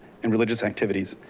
and religious activities.